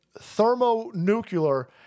thermonuclear